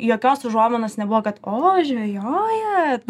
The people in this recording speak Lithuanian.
jokios užuominos nebuvo kad o žvejojat